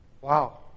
wow